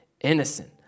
innocent